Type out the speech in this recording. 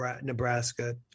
Nebraska